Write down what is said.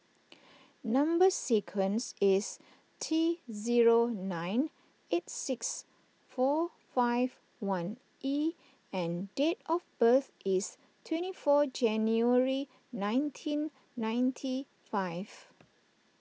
Number Sequence is T zero nine eight six four five one E and date of birth is twenty four January nineteen ninety five